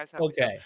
Okay